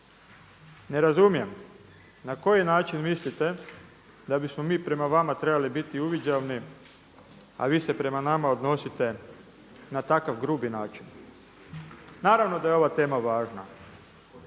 Ne razumijem na koji način mislite da bismo mi prema vama trebali biti uviđavni a vi se prema nama odnosite na takav grubi način. Naravno da je ova tema važna.